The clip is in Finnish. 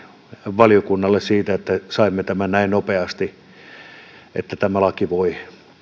valiokunnalle siitä että saimme tämän näin nopeasti ja että tämä laki voi